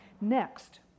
Next